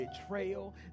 betrayal